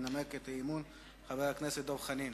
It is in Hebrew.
מנמק חבר הכנסת דב חנין.